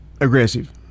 aggressive